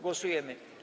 Głosujemy.